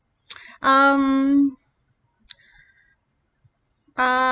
um uh